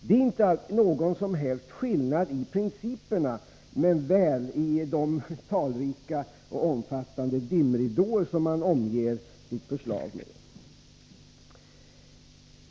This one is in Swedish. Det är inte någon som helst skillnad i principerna men väl i de talrika och omfattande dimridåer som man omgärdar sitt förslag med.